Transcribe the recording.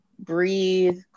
breathe